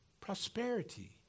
prosperity